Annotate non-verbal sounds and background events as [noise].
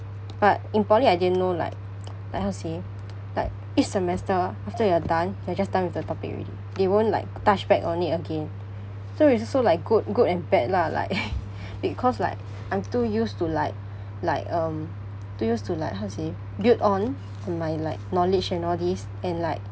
but in poly I didn't know like like how to say like each semester after you're done you're just done with the topic already they won't like touch back on it again so it's also like good and bad lah like [laughs] cause like I'm too used to like like um too used to like how to say build on my like knowledge and all these and like